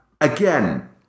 again